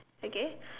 okay